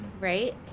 Right